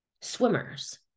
Swimmers